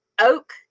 oak